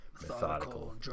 Methodical